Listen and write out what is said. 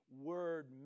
word